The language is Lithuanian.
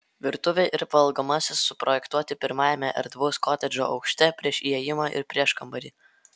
virtuvė ir valgomasis suprojektuoti pirmajame erdvaus kotedžo aukšte prieš įėjimą ir prieškambarį